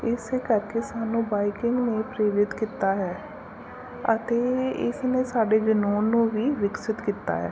ਇਸ ਕਰਕੇ ਸਾਨੂੰ ਬਾਈਕਿੰਗ ਨੇ ਪ੍ਰੇਰਿਤ ਕੀਤਾ ਹੈ ਅਤੇ ਇਸ ਨੇ ਸਾਡੇ ਜਨੂੰਨ ਨੂੰ ਵੀ ਵਿਕਸਿਤ ਕੀਤਾ ਹੈ